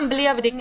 גם בלי הבדיקה.